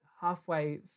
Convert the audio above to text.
halfway